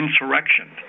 insurrection